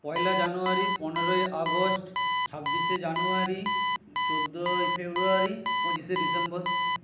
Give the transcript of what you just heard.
পয়লা জানুয়ারি পনেরোই আগস্ট ছাব্বিশে জানুয়ারি চোদ্দোই ফেব্রুয়ারি পঁচিশে ডিসেম্বর